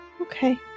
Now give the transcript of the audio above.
Okay